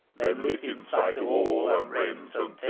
lit in sight of all, and rent and